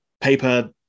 paper